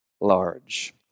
large